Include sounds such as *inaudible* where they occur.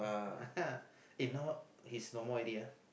*laughs* eh now he's no more already ah